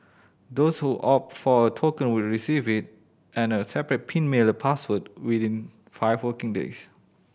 those who opt for a token will receive it and a separate pin mailer password within five working days